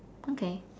okay